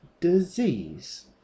disease